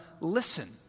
listen